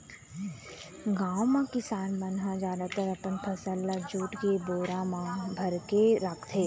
गाँव म किसान मन ह जादातर अपन फसल ल जूट के बोरा म भरके राखथे